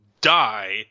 die